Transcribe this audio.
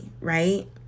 right